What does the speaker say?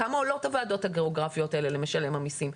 כמה עולות הוועדות האלה למשלם המסים?